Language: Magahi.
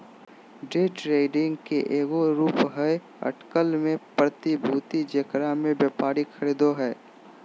डे ट्रेडिंग के एगो रूप हइ अटकल में प्रतिभूति जेकरा में व्यापारी खरीदो हइ